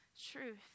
truth